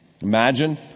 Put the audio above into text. imagine